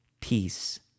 peace